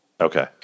okay